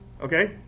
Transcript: Okay